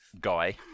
guy